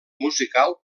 musical